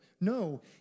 No